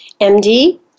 MD